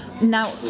Now